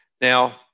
Now